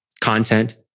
content